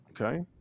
Okay